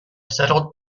settled